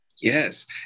Yes